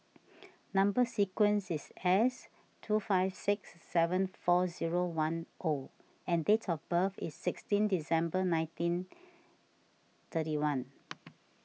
Number Sequence is S two five six seven four zero one O and date of birth is sixteen December nineteen thirty one